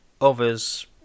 other's